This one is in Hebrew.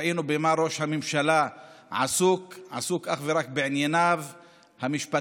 ראינו במה ראש הממשלה עסוק: עסוק אך ורק בענייניו המשפטיים,